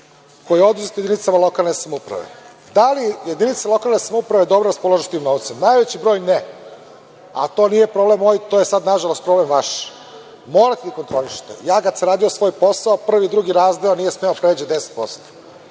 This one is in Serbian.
koje su oduzete jedinicama lokalne samouprave. Da li jedinice lokalne samouprave dobro raspolažu tim novcem? Najveći broj ne, a to nije problem ovaj. To je nažalost vaš problem. Morate da ih kontrolišete. Ja kada sam radio svoj posao, prvi, drugi razdeo nije smeo da pređe 10%,